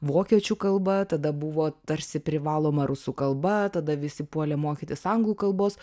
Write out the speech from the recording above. vokiečių kalba tada buvo tarsi privaloma rusų kalba tada visi puolė mokytis anglų kalbos